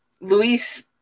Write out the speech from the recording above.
Luis